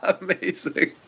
amazing